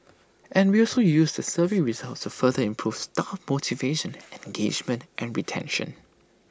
and we also use the survey results to further improve staff motivation engagement and retention